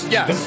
Yes